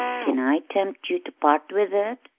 can i tempt you to part with it?